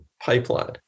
pipeline